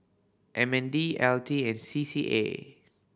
M N D L T and C C A